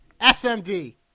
SMD